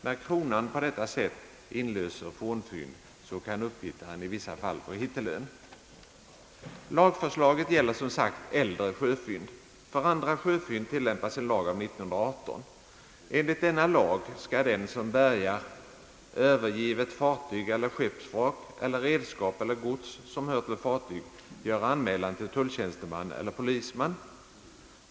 När kronan inlöser fornfynd kan upphittaren i vissa fall få hittelön. Lagförslaget gäller som sagt äldre sjöfynd. För andra sjöfynd tillämpas en lag av 1918. Enligt denna lag skall den som bärgar övergivet fartyg eller skeppsvrak eller redskap eller gods, som hör till fartyg, göra anmälan till tulltjänsteman eller polisman.